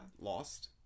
lost